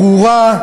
ברורה,